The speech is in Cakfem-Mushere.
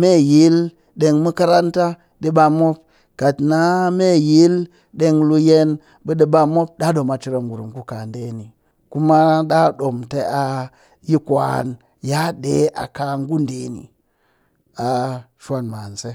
meyil deng makaranta ɓi ɓam mop, kat na meyil ɗeng luyen ɓe ɗi ɓam mop, ɗaa ɗom a cereem ngurum ku ɗe ni kuma ɗaa ɗom tɨ a yi kwan ya ɗee a ka ngu ɗe ni a shwan man se.